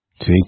Take